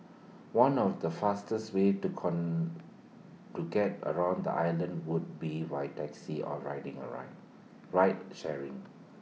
one of the fastest ways to con to get around the island would be via taxi or riding A ride ride sharing